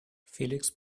felix